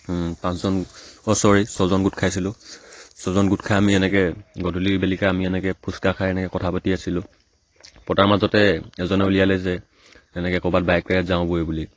পাঁচজন অহ ছ'ৰী ছয়জন গোট খাইছিলোঁ ছয়জন গোট খাই আমি এনেকৈ গধূলি বেলিকে আমি এনেকৈ ফুচকা খাই এনেকৈ কথা পাতি আছিলোঁ পতাৰ মাজতে এজনে উলিয়ালে যে এনেকৈ ক'ৰবাত বাইক ৰাইড যাওঁগৈ বুলি